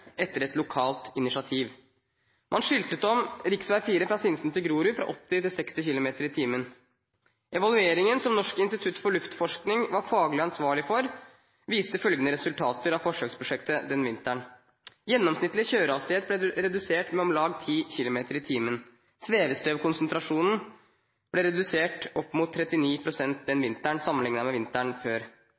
etter et lokalt initiativ. Man skiltet om rv. 4, fra Sinsen til Grorud, fra 80 til 60 km/t. Evalueringen, som Norsk institutt for luftforskning var faglig ansvarlig for, viste følgende resultater av forsøksprosjektet den vinteren: Gjennomsnittlig kjørehastighet ble redusert med om lag 10 km/t, og svevestøvkonsentrasjonen ble redusert opp mot 39 pst. den vinteren sammenlignet med vinteren før.